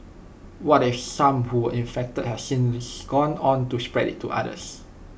what if some who were infected have since gone on to spread IT to others